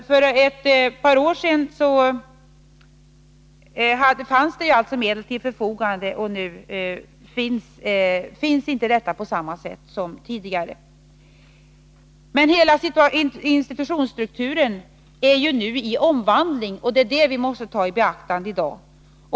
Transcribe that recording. För ett par år sedan fanns det alltså medel till förfogande. Men hela institutionsstrukturen befinner sig nu under omvandling, och det måste vi i dag ta i beaktande.